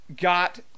got